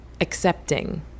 accepting